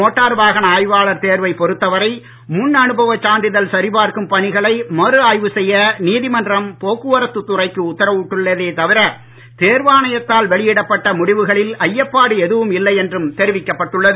motor வாகன ஆய்வாளர் தேர்வைப் பொறுத்த வரை முன் அனுபவச் சான்றிதழ் சரிபார்க்கும் பணிகளை மறு ஆய்வு செய்ய நீதிமன்றம் போக்குவரத்துத் துறைக்கு வெளியிடப்பட்ட முடிவுகளில் ஐயப்பாடு எதுவும் இல்லை என்றும் தெரிவிக்கப் பட்டுள்ளது